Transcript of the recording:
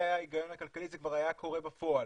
היה ההיגיון הכלכלי זה כבר היה קורה בפועל